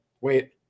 wait